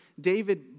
David